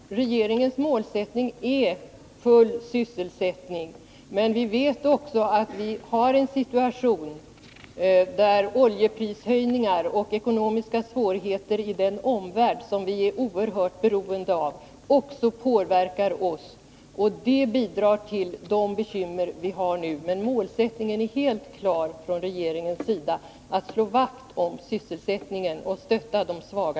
Torsdagen den Herr talman! Ja, regeringens målsättning är full sysselsättning. Men vi vet 4 december 1980 också att vi har en situation där oljeprishöjningar och ekonomiska svårigheter i den omvärld, som vi är oerhört beroende av, också påverkar oss. Det bidrar till de bekymmer vi har nu, men målsättningen är helt klar från regeringens sida — att slå vakt om sysselsättningen och stötta de svaga